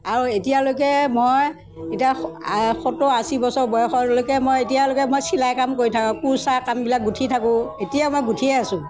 আৰু এতিয়ালৈকে মই এতিয়া সত্তৰ আশী বছৰ বয়সলৈকে মই এতিয়ালৈকে মই চিলাই কাম কৰি থাকোঁ কুৰ্চা কামবিলাক গুঠি থাকোঁ এতিয়াও মই গুঠিয়েই আছোঁ